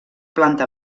planta